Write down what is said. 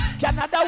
Canada